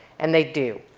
and they do.